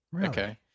Okay